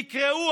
תקראו,